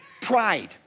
pride